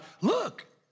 look